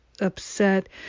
upset